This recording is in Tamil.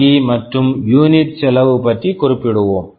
இ NRE மற்றும் யூனிட் unit செலவு பற்றி குறிப்பிடுவோம்